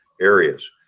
areas